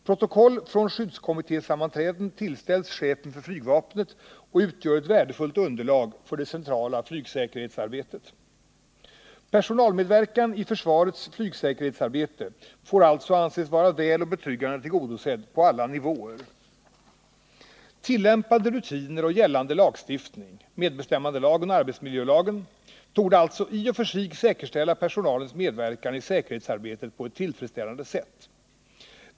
Protokoll från skyddskommittésammanträden tillställs chefen för flygvapnet och utgör ett värdefullt underlag för det centrala flygsäkerhetsarbetet. Personalmedverkan i försvarets flygsäkerhetsarbete får alltså anses vara väl och betryggande tillgodosedd på alla nivåer. Tillämpade rutiner och gällande lagstiftning torde alltså i och för sig säkerställa personalens medverkan i säkerhetsarbetet på ett tillfredsställande sätt.